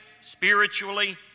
spiritually